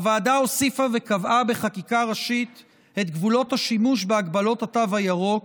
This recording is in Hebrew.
הוועדה הוסיפה וקבעה בחקיקה ראשית את גבולות השימוש בהגבלות התו הירוק,